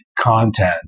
content